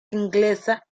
inglesa